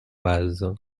oise